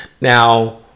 Now